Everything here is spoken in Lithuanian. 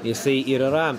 jisai ir yra